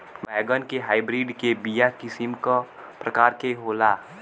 बैगन के हाइब्रिड के बीया किस्म क प्रकार के होला?